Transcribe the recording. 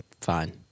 fine